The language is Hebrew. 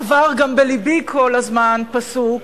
עבר גם בלבי כל הזמן פסוק: